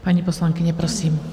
Paní poslankyně, prosím.